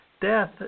death